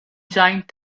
giant